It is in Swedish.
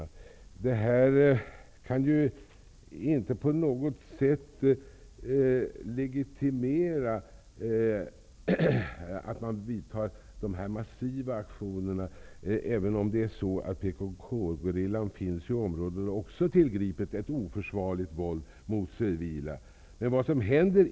Även om PKK-gerillan finns i området, och också tillgripit ett oförsvarligt våld mot civila, kan detta inte på något sätt legitimera att man vidtar dessa massiva aktioner.